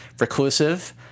reclusive